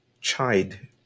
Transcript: chide